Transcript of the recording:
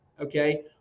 okay